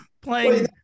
playing